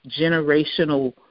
generational